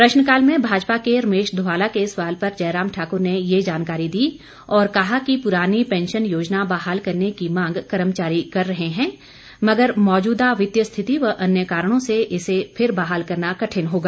प्रश्नकाल में भाजपा के रमेश धवाला के सवाल पर जयराम ठाक्र ने ये जानकारी दी और कहा कि प्रानी पेंशन योजना बहाल करने की मांग कर्मचारी कर रहे हैं मगर मौजूदा वित्तीय स्थिति व अन्य कारणों से इसे फिर बहाल करना कठिन होगा